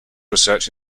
research